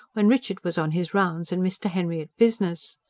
when richard was on his rounds and mr. henry at business.